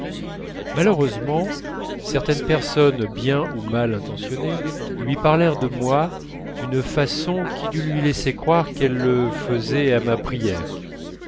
malheureusement certaines personnes bien ou mal intentionnées lui parlèrent de moi d'une façon qui dut lui laisser croire qu'elles le faisaient à ma prière